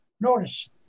Notice